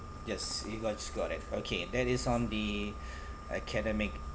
yes you got got it okay that is on the academic